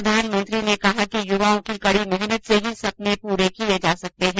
प्रधानमंत्री ने कहा कि युवाओं की कड़ी मेहनत से ही सपने पूरे किए जा सकते हैं